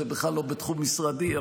זה בכלל לא בתחום משרדי,